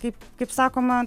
taip kaip sakoma